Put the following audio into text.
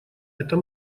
это